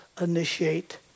initiate